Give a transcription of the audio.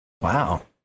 Wow